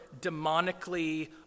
demonically